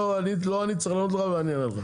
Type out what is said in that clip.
לא אני צריך לענות לך אבל אני אענה לך.